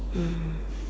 mm